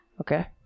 Okay